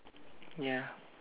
ya